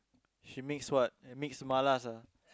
she mix what mix malas ah